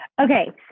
Okay